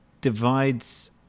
divides